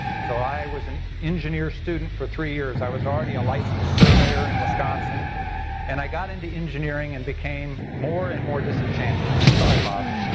so i was an engineer student for three years. i was already a licensed surveyor in and wisconsin and i got into engineering and became more and more disenchanted. sorry bob.